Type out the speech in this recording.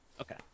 Okay